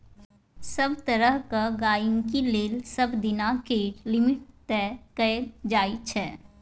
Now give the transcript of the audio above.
सभ तरहक गहिंकी लेल सबदिना केर लिमिट तय कएल जाइ छै